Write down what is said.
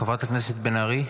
חברת הכנסת בן ארי.